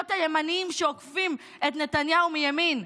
להיות הימניים שעוקפים את נתניהו מימין.